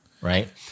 right